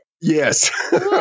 Yes